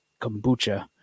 kombucha